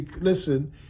listen